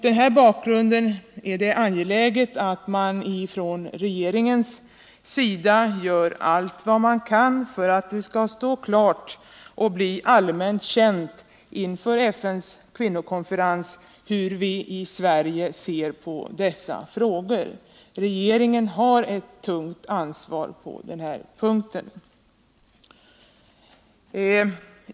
Det är därför angeläget att man från regeringens sida gör allt vad man kan för att det skall stå klart och bli allmänt känt inför FN:s kvinnokonferens hur vi i Sverige ser på dessa frågor. Regeringen har här ett tungt ansvar.